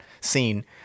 scene